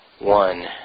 One